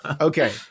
Okay